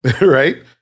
Right